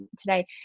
today